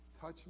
touch